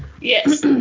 Yes